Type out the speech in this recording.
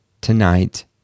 tonight